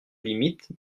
limite